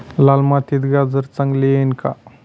लाल मातीत गाजर चांगले येईल का?